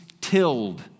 tilled